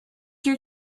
your